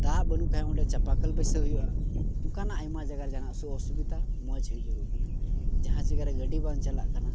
ᱫᱟᱜ ᱵᱟᱹᱱᱩᱜ ᱠᱷᱟᱡ ᱚᱸᱰᱮ ᱪᱟᱯᱟᱠᱚᱞ ᱵᱟᱹᱭᱥᱟᱹᱣ ᱦᱩᱭᱩᱜᱼᱟ ᱚᱱᱠᱟᱱᱟᱜ ᱟᱭᱢᱟ ᱡᱟᱭᱜᱟ ᱨᱮ ᱚᱥᱩᱵᱤᱫᱷᱟ ᱢᱚᱡᱽ ᱦᱩᱭ ᱡᱟᱹᱨᱩᱲ ᱠᱟᱱᱟ ᱡᱟᱦᱟᱸ ᱡᱟᱭᱜᱟ ᱨᱮ ᱜᱟᱹᱰᱤ ᱵᱟᱝ ᱪᱟᱞᱟᱜ ᱠᱟᱱᱟ